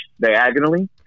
diagonally